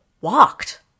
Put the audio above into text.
walked